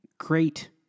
great